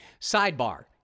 Sidebar